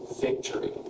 victory